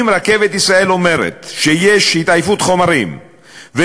אם "רכבת ישראל" אומרת שיש עייפות החומר ומובילים